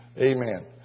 Amen